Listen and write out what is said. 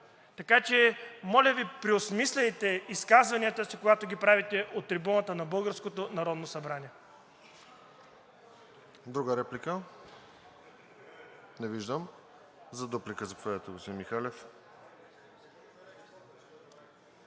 Така че, моля Ви, преосмисляйте изказванията си, когато ги правите от трибуната на